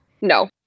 no